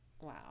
wow